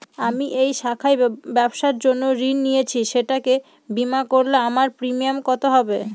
আমি এই শাখায় ব্যবসার জন্য ঋণ নিয়েছি সেটাকে বিমা করলে আমার প্রিমিয়াম কত হবে?